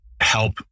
help